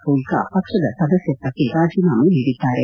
ಫೂಲ್ಕಾ ಪಕ್ಷದ ಸದಸ್ಯತ್ವಕ್ಕೆ ರಾಜೀನಾಮೆ ನೀಡಿದ್ದಾರೆ